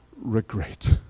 regret